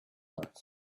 lights